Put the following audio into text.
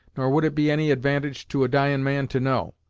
nor would it be any advantage to a dyin' man to know.